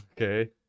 Okay